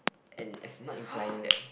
and as is not implying that